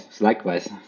Likewise